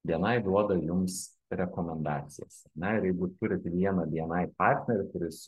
bni duoda jums rekomendacijas ar ne ir jeigu turit vieną bni partnerį kuris